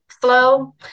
flow